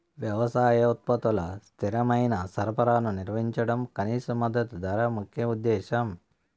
వ్యవసాయ ఉత్పత్తుల స్థిరమైన సరఫరాను నిర్వహించడం కనీస మద్దతు ధర ముఖ్య ఉద్దేశం